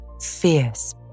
fierce